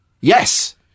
Yes